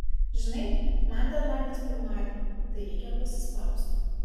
žinai man dedlainas pirmadienį tai reikia pasispaust